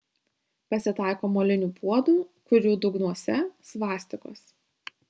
pasitaiko molinių puodų kurių dugnuose svastikos